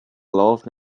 loved